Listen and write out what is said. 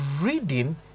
reading